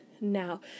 now